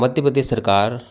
मध्य प्रदेश सरकार